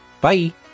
Bye